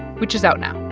which is out now